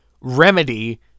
remedy